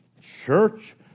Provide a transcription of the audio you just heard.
church